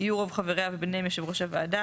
יהיה רוב חבריה ובהם יושב ראש הוועדה.